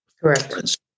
Correct